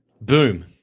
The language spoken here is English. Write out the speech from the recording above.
Boom